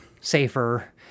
safer